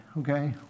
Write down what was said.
okay